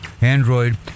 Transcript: Android